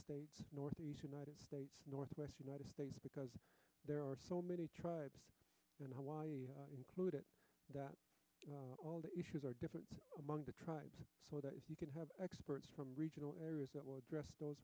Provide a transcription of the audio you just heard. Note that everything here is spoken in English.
states northeast united states northwest united states because there are so many tribes in hawaii included that all the issues are different among the tribes so that you can have experts from regional areas that will address those